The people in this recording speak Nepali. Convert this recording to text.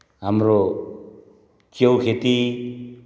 हाम्रो च्याउ खेती